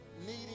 needing